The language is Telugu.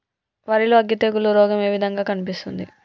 వరి లో అగ్గి తెగులు రోగం ఏ విధంగా కనిపిస్తుంది?